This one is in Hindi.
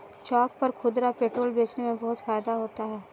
चौक पर खुदरा पेट्रोल बेचने में बहुत फायदा होता है